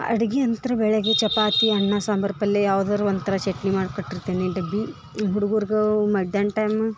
ಅಡ್ಗಿ ಅಂತ್ರ ಬೆಳಗ್ಗೆ ಚಪಾತಿ ಅನ್ನ ಸಾಂಬಾರು ಪಲ್ಲೆ ಯಾವುದಾರು ಒಂದು ಥರ ಚಟ್ನಿ ಮಾಡ್ಕೊಡ್ತೀನಿ ಡಬ್ಬಿ ಹುಡ್ಗುರ್ಗ ಮಧ್ಯಾಹ್ನ ಟೈಮ